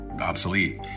obsolete